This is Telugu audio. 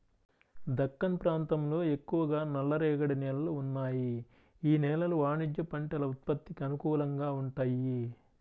దక్కన్ ప్రాంతంలో ఎక్కువగా నల్లరేగడి నేలలు ఉన్నాయి, యీ నేలలు వాణిజ్య పంటల ఉత్పత్తికి అనుకూలంగా వుంటయ్యి